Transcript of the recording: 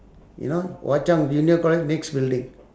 you know hwa chong junior college next building